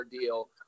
deal